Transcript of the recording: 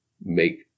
make